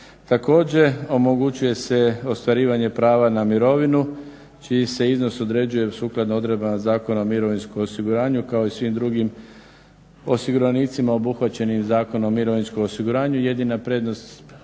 Također omogućuje se ostvarivanje prava na mirovinu čiji se iznos određuje sukladno odredbama Zakona o mirovinskom osiguranju kao i svim drugim osiguranicima obuhvaćenim Zakonom o mirovinskom osiguranju. Jedina prednost